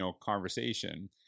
conversation